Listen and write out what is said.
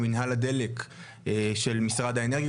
במנהל הדלק של משרד האנרגיה,